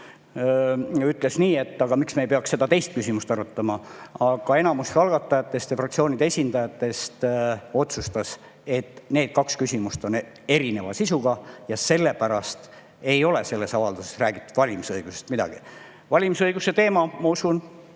ütles, et me peaks ka seda teist küsimust arutama, aga enamus algatajatest ja fraktsioonide esindajatest otsustas, et need kaks küsimust on erineva sisuga, ja sellepärast ei ole selles avalduses valimisõigusest midagi räägitud. Valimisõiguse teema, ma usun,